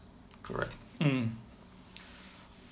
correct mm